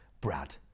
Brad